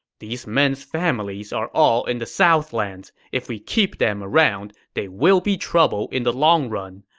these men's families are all in the southlands. if we keep them around, they will be trouble in the long run.